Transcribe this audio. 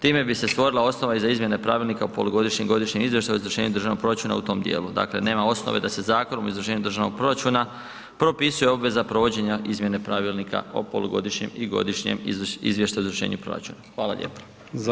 Time bi se stvorila osnova za izmjene pravilnika o polugodišnjem i godišnjem izvještaju o izvršenju državnog proračuna u tom djelu, dakle nema osnove da se Zakonom o izvršenju državnog proračuna propisuje obveza provođenja izmjene Pravilnika o polugodišnjem i godišnjem izvještaju o izvršenju proračuna, hvala lijepo.